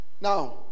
now